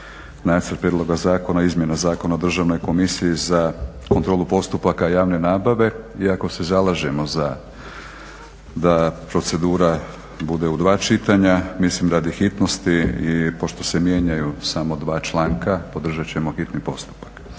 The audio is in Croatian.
nacrt prijedloga zakona o izmjeni Zakona o Državnoj komisiji za kontrolu postupaka javne nabave iako se zalažemo da procedura bude u dva čitanja mislim radi hitnosti i pošto se mijenjaju samo dva članka podržat ćemo hitni postupak.